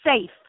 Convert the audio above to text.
safe